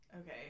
okay